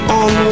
on